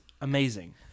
amazing